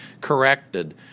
corrected